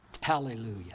Hallelujah